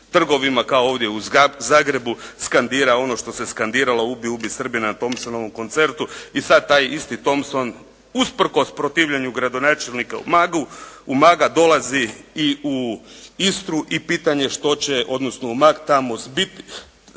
trgovima kao ovdje u Zagrebu skandira ono što se skandiralo: «Ubi, ubi Srbina» na Thompsonovu koncertu i sad taj isti Thompson usprkos protivljenju gradonačelnika u Umagu, Umaga dolazi i u Istru i pitanje što će, odnosno … /Govornik